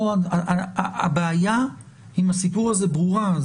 הבעיה עם הסיפור הזה ברורה.